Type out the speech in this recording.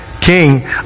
King